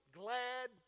glad